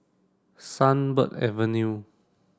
Sunbird Avenue